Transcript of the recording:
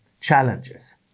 challenges